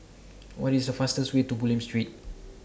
What IS The fastest Way to Bulim Street